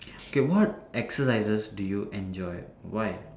okay what exercises do you enjoy why